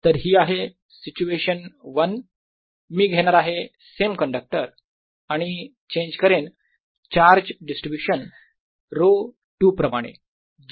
तर ही आहे सिच्युएशन 1 मी घेणार आहे सेम कंडक्टर आणि चेंज करेन चार्ज डिस्ट्रीब्यूशन ρ2 प्रमाणे